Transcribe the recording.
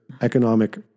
Economic